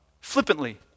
flippantly